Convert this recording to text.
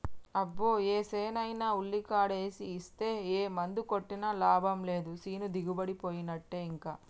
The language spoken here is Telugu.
అబ్బో ఏసేనైనా ఉల్లికాడేసి ఇస్తే ఏ మందు కొట్టినా లాభం లేదు సేను దిగుబడిపోయినట్టే ఇంకా